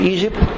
Egypt